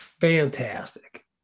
fantastic